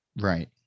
right